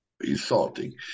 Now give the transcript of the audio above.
insulting